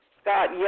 Scott